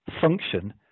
function